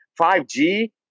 5G